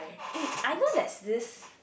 eh I know there's this